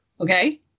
Okay